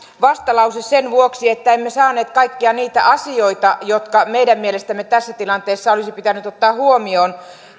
vastalause sen vuoksi että emme saaneet kaikkia niitä asioita jotka meidän mielestämme tässä tilanteessa olisi pitänyt ottaa huomioon